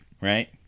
right